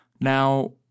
Now